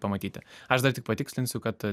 pamatyti aš dar tik patikslinsiu kad